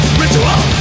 ritual